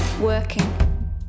working